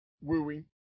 wooing